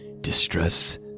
Distress